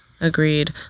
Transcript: agreed